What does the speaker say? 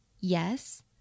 Yes